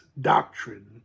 doctrine